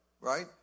right